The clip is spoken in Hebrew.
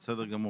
בסדר גמור.